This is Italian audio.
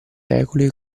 regole